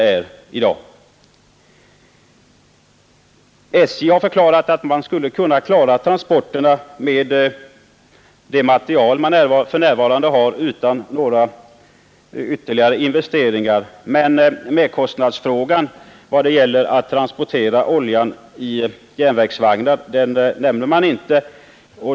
SJ har förklarat att man utan några ytterligare investeringar skulle kunna klara transporterna med det material man för närvarande har, men merkostnadsfrågan när det gäller transport av olja i järnvägsvagnar nämner man inte.